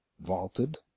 vaulted